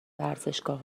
ورزشگاه